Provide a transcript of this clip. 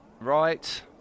Right